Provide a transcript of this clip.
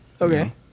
okay